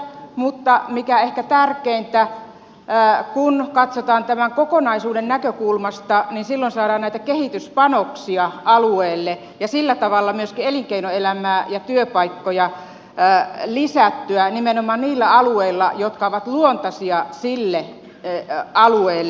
mutta mikä ehkä tärkeintä kun katsotaan tämän kokonaisuuden näkökulmasta niin silloin saadaan näitä kehityspanoksia alueelle ja sillä tavalla myöskin elinkeinoelämää ja työpaikkoja lisättyä nimenomaan niillä alueilla jotka ovat luontaisia sille alueelle